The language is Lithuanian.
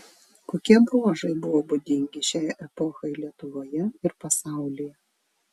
kokie bruožai buvo būdingi šiai epochai lietuvoje ir pasaulyje